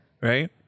Right